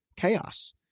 chaos